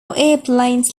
airplanes